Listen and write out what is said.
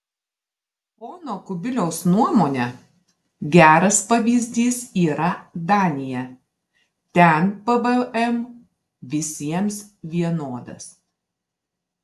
pono kubiliaus nuomone geras pavyzdys yra danija ten pvm visiems vienodas